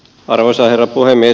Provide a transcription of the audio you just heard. arvoisa herra puhemies